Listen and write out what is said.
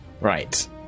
Right